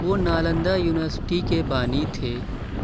وہ نالندہ یونیورسٹی کے بانی تھے